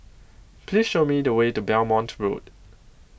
Please Show Me The Way to Belmont Road